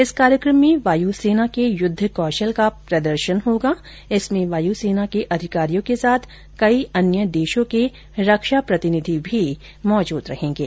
इस कार्यक्रम में वाय सेना के युद्व कौशल का प्रदर्शन होगा जिसमें वायु सेना के अधिकारियों के साथ कई अन्य देशों के रक्षा प्रतिनिधि भी मौजूद रहेंगे